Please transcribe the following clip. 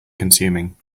consuming